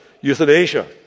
euthanasia